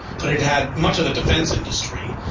but it had much of the defence industry.